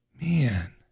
Man